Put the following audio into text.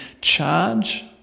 charge